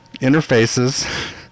interfaces